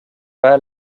pas